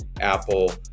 Apple